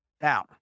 Now